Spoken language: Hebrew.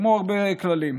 כמו הרבה כללים.